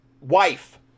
wife